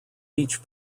beach